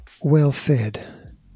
well-fed